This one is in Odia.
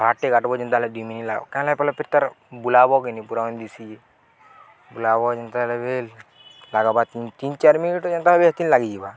ବାଟେ କାଟବ ଯେନ୍ତା ହେଲେ ଦି ମିନି ଲାଗ୍ବା କାଇଁ ହେଲା ପିଲଲେ ପେ ତାର ବୁଲାବ କିନି ପୁରାନ୍ ଦିଶି ବୁଲାବ ଯେନ୍ତା ହେଲେ ବ ଲାଗ୍ବା ତିନ୍ ଚାର୍ ମିନିଟ୍ ଯେନ୍ତା ହେବେ ଏତିନ ଲାଗିଯିବା